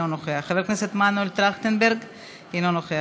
אינו נוכח,